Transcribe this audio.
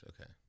Okay